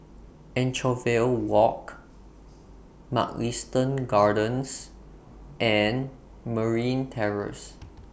Anchorvale Walk Mugliston Gardens and Merryn Terrace